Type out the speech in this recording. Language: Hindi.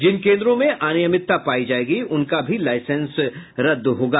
जिन केंद्रों में अनियमितता पायी जायेगी उनका भी लाईसेंस रद्द होगा